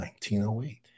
1908